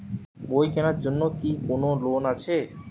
বই কেনার জন্য কি কোন লোন আছে?